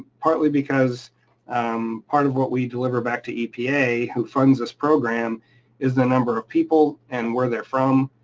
partly because um part of what we deliver back to epa who funds this program is the number of people and where they're from,